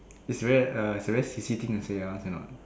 it's very uh it's a very sissy thing to say ah cannot